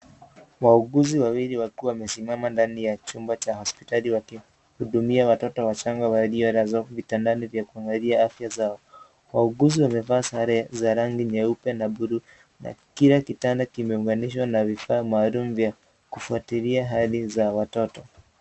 Wauguzi wawili wakiwa wamesimama ndani ya chumba cha hospitali wakihudumia watoto wachanga waliolazwa vitandani vya kuangalia afya zao, wauguzi wamevaa sare za rangi nyeupe na bluu na kila kitanda kimeunganishwa na vifaa maalum vya kufuatilia hali za watoto.